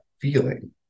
feeling